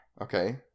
Okay